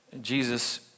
Jesus